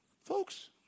Folks